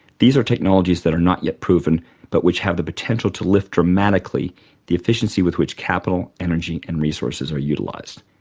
these are technologies that are not yet proven but which have the potential to lift dramatically the efficiency with which capital, energy and resources are utilized.